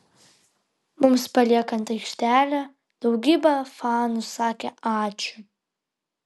mums paliekant aikštelę daugybė fanų sakė ačiū